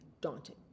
daunting